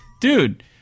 Dude